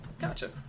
Gotcha